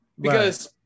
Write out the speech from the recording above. Because-